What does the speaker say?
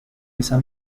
esa